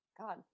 God